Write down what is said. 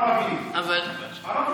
השאלה היא מה עם המגזר הערבי,